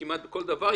כמעט בכל דבר,